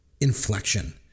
inflection